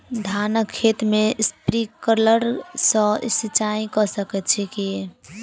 धानक खेत मे स्प्रिंकलर सँ सिंचाईं कऽ सकैत छी की?